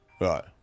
Right